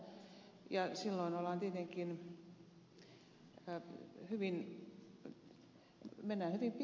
silloin tietenkin mennään hyvin pitkälle